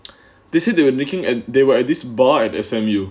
they said they were looking at they were at this bar at S_M_U